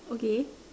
okay